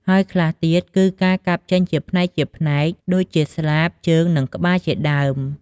ហើយខ្លះទៀតគឺកាប់ចេញជាផ្នែកៗ ដូចជាស្លាប ជើង និងក្បាលជាដើម។